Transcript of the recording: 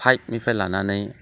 five निफ्राय लानानै